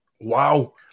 Wow